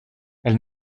elle